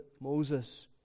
Moses